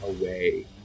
away